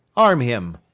arm him.